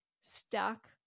stuck